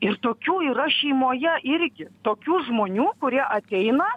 ir tokių yra šeimoje irgi tokių žmonių kurie ateina